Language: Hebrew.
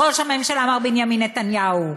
ראש הממשלה מר בנימין נתניהו,